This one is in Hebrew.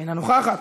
אינה נוכחת,